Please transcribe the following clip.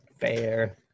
Fair